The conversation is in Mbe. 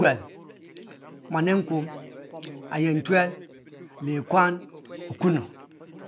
Wuchi guel muan ekuom ayenfue likuan okunu